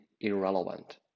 irrelevant